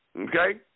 Okay